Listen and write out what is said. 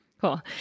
Cool